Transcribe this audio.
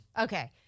Okay